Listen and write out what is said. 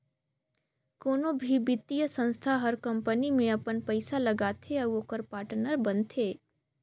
कोनो भी बित्तीय संस्था हर कंपनी में अपन पइसा लगाथे अउ ओकर पाटनर बनथे